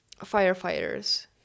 firefighters